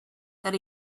that